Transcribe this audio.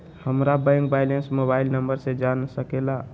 हमारा bank balance mobile number से जान सके ला?